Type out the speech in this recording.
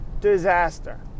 disaster